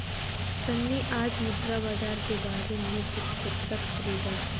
सन्नी आज मुद्रा बाजार के बारे में कुछ पुस्तक खरीदा